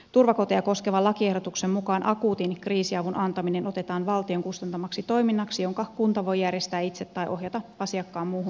turvakoteja koskevan lakiehdotuksen mukaan akuutin kriisiavun antaminen otetaan valtion kustantamaksi toiminnaksi jonka kunta voi järjestää itse tai se voi ohjata asiakkaan muuhun turvakotiin